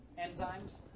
enzymes